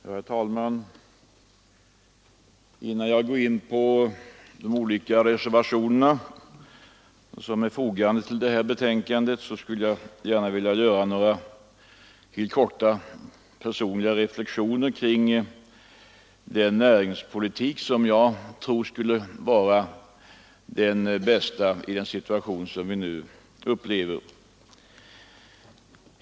Herr talman! Innan jag går in på de olika reservationer som är fogade till detta betänkande, skulle jag gärna vilja kort göra några personliga reflexioner kring den näringspolitik som jag tror skulle vara den bästa i den situation vi nu upplever.